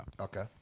Okay